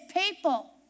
people